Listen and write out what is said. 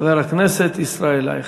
חבר הכנסת ישראל אייכלר.